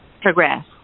progress